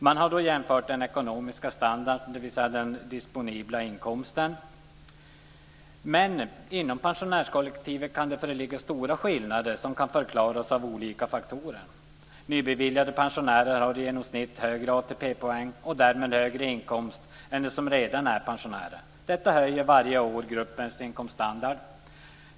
Man har då jämfört den ekonomiska standarden, dvs. den disponibla inkomsten. Men inom pensionärskollektivet kan det föreligga stora skillnader som kan förklaras av olika faktorer. De med nybeviljade pensioner har i genomsnitt högre ATP-poäng och därmed högre inkomst än de som redan är pensionärer. Detta höjer varje år gruppens inkomststandard.